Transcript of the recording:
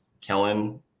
Kellen